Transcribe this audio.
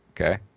Okay